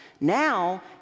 Now